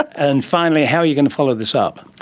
and finally, how are you going to follow this up?